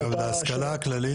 להשכלה הכללית,